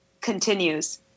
continues